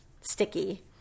sticky